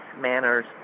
manners